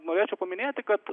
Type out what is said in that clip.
norėčiau paminėti kad